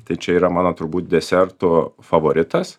tai čia yra mano turbūt desertų favoritas